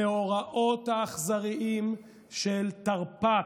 המאורעות האכזריים של תרפ"ט,